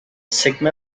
sigma